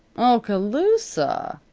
oskaloosa!